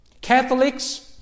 Catholics